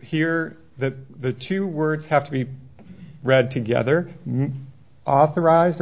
here that the two words have to be read together authorized